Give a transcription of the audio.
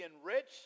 enriched